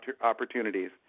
opportunities